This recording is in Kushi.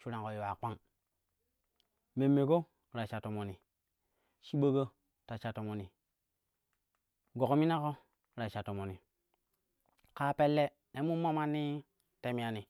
shuranƙo yuwa kpang, memme ko ta sha tomoni, shiba ƙo ta sha tomoni, gog minaƙo ta sha tomoni kaa pelle ne minma manni temyani.